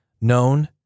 known